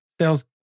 sales